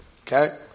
okay